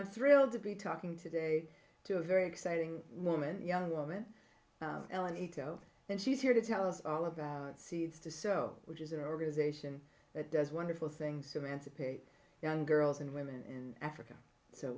i'm thrilled to be talking today to a very exciting woman young woman ellen ito and she's here to tell us all about seeds to sow which is an organization that does wonderful things emancipate young girls and women in africa so